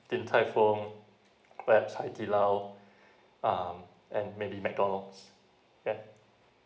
din tai fung perhaps haidilao um and maybe mcdonalds yeah